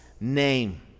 name